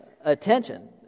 attention